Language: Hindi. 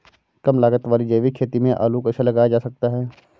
कम लागत वाली जैविक खेती में आलू कैसे लगाया जा सकता है?